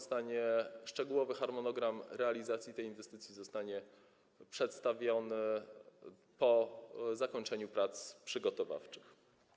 Szczegółowy harmonogram dotyczący realizacji tej inwestycji zostanie przedstawiony po zakończeniu prac przygotowawczych.